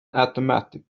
automatic